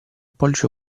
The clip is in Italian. pollice